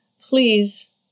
please